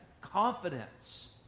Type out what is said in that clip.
confidence